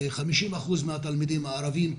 50 אחוזים מהתלמידים הערבים,